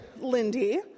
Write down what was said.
Lindy